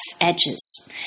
edges